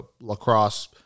lacrosse